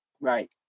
Right